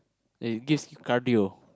it gives cardio